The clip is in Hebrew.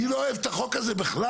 אני לא אוהב את החוק הזה בכלל,